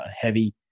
heavy